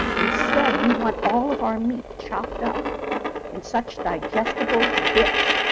instead, we want all of our meat chopped up in such digestible bits,